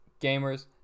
gamers